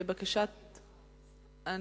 אנחנו